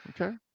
Okay